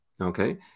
Okay